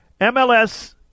MLS